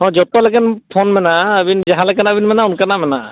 ᱦᱮᱸ ᱡᱚᱛᱚ ᱞᱮᱠᱟᱱ ᱯᱷᱳᱱ ᱢᱮᱱᱟᱜᱼᱟ ᱟᱹᱵᱤᱱ ᱡᱟᱦᱟᱸ ᱞᱮᱠᱟᱱᱟᱜ ᱵᱤᱱ ᱢᱮᱱᱟ ᱚᱱᱠᱟᱱᱟᱜ ᱢᱮᱱᱟᱜᱼᱟ